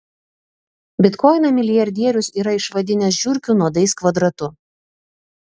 bitkoiną milijardierius yra išvadinęs žiurkių nuodais kvadratu